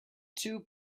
two